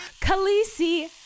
khaleesi